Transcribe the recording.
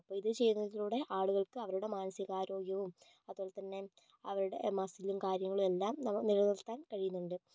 അപ്പോൾ ഇത് ചെയ്യുന്നതിലൂടെ ആളുകൾക്ക് അവരുടെ മാനസികാരോഗ്യവും അതുപോലെതന്നെ അവരുടെ മസിലും കാര്യങ്ങളും എല്ലാം നിലനിർത്താൻ കഴിയുന്നുണ്ട്